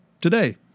today